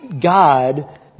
God